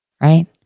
right